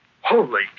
Holy